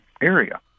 area